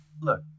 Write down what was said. Look